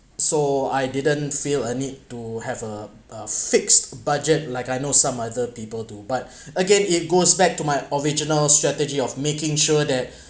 so I didn't feel a need to have a fixed budget like I know some other people do but again it goes back to my original strategy of making sure that